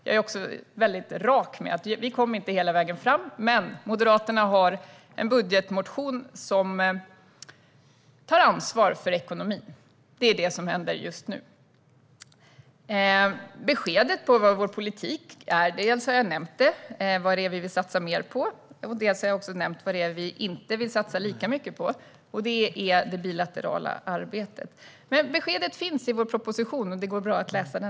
Jag är också rak med att vi inte kom hela vägen fram, men Moderaterna har en budgetmotion som tar ansvar för ekonomin. Det är det som händer just nu. Angående vilken vår politik är har jag redan nämnt vad vi vill satsa mer på. Jag har dessutom nämnt vad vi inte vill satsa lika mycket på: det bilaterala arbetet. Beskedet finns i vår motion, och det går bra att läsa den.